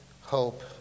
hope